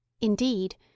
Indeed